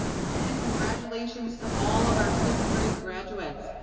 again, congratulations to all of our fifth grade graduates!